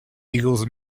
eagles